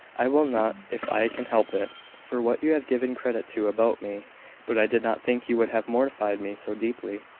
i will not if i can help it for what you have given credit to about me but i did not think you would have mortified me so deeply.